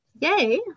yay